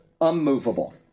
unmovable